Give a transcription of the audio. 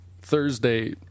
Thursday